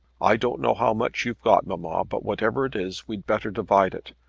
i don't know how much you've got, mamma but whatever it is, we'd better divide it.